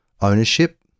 Ownership